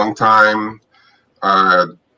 long-time